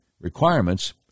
requirements